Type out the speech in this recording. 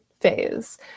phase